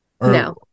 No